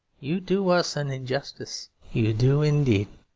you do us an injustice. you do indeed.